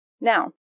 Now